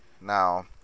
now